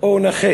או נכה